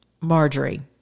Marjorie